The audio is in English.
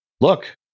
look